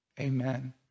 Amen